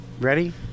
Ready